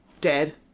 dead